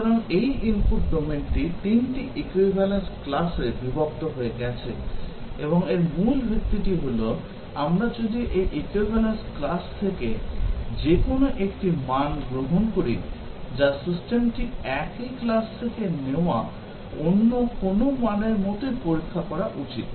সুতরাং এই ইনপুট ডোমেনটি 3 টি equivalence class এ বিভক্ত হয়ে গেছে এবং এর মূল ভিত্তিটি হল আমরা যদি এই equivalence class থেকে যে কোনও একটি মান গ্রহণ করি যা সিস্টেমটি একই class থেকে নেওয়া অন্য কোনও মানের মতোই পরীক্ষা করা উচিত